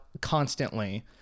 constantly